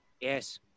Yes